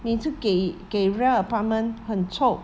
每次给给 ria apartment 很臭